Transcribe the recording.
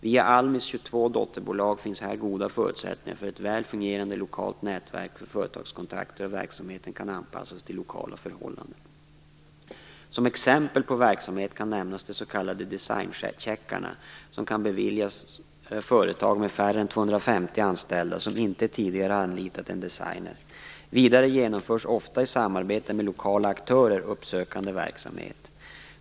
Via Almis 22 dotterbolag finns här goda förutsättningar för ett väl fungerande lokalt nätverk för företagskontakter, och verksamheten kan anpassas till lokala förhållanden. Som exempel på verksamhet kan nämnas de s.k. designcheckarna, som kan beviljas företag med färre än 250 anställda som inte tidigare har anlitat en designer. Vidare genomförs, ofta i samarbete med lokala aktörer, uppsökande verksamhet.